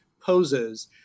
poses